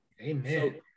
Amen